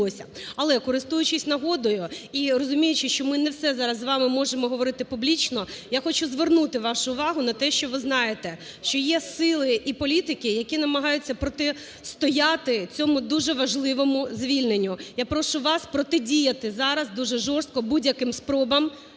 Але, користуючись нагодою і розуміючи, що ми не все зараз з вами можемо говорити публічно, я хочу звернути вашу увагу на те, що ви знаєте, що є сили і політики, які намагаються протистояти цьому дуже важливому звільненню. Я прошу вас протидіяти зараз дуже жорстко будь-яким спробам